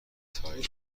تالین